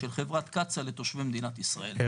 של חברת קצא"א לתושבי מדינת ישראל.